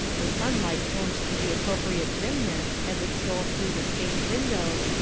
the sunlight toned to the appropriate dimness, as it stole through the stained windows,